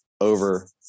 over